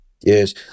Yes